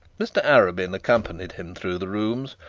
mr arabin accompanied him through the rooms,